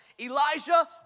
Elijah